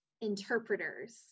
interpreters